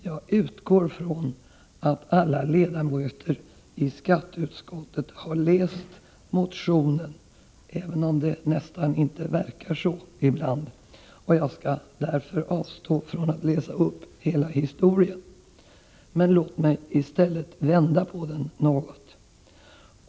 Jag utgår från att alla ledamöter i skatteutskottet har läst motionen, även om det nästan inte verkar så ibland, och jag skall därför avstå från att läsa upp hela historien. Men låt mig i stället vända på den något.